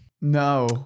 No